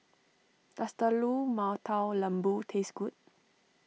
does Telur Mata Lembu taste good